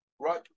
Right